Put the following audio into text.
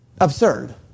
absurd